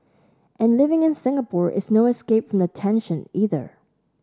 and living in Singapore is no escape from the tension either